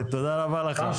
תודה רבה לך.